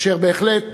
אשר בהחלט